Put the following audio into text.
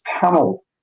tunnel